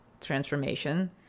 transformation